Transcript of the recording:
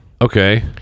okay